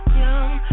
young